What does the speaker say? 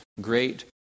great